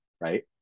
Right